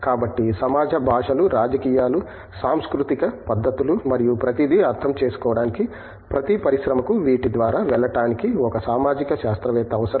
కాబట్టి సమాజ భాషలు రాజకీయాలు సాంస్కృతిక పద్ధతులు మరియు ప్రతిదీ అర్థం చేసుకోవడానికి ప్రతి పరిశ్రమకు వీటి ద్వారా వెళ్ళటానికి ఒక సామాజిక శాస్త్రవేత్త అవసరం